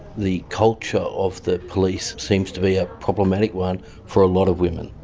the culture of the police seems to be a problematic one for a lot of women.